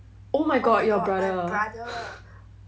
oh my god your brother